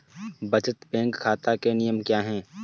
बचत बैंक खाता के नियम क्या हैं?